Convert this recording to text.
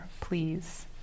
please